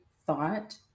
thought